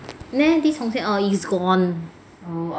this 红线 oh it's gone